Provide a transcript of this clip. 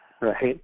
right